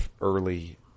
early